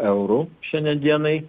eurų šiandien dienai